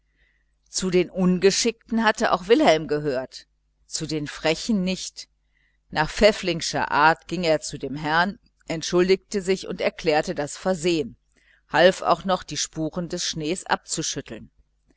zu den ungeschickten hatte auch wilhelm gehört zu den frechen nicht nach pfäfflingscher art ging er zu dem herrn entschuldigte sich und erklärte das versehen half auch noch die spuren des schnees abschütteln